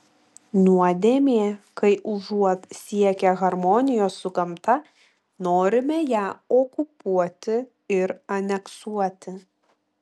nuodėmė kai užuot siekę harmonijos su gamta norime ją okupuoti ir aneksuoti